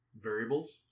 variables